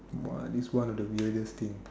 !wah! this is one of the weirdest things